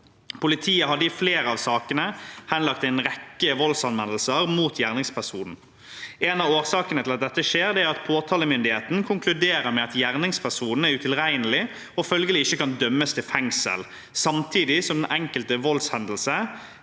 Politiet hadde i flere av sakene henlagt en rekke voldsanmeldelser mot gjerningspersonen. En av årsakene til at dette skjer, er at påtalemyndigheten konkluderer med at gjerningspersonen er utilregnelig og følgelig ikke kan dømmes til fengsel, samtidig som den enkelte voldshendelse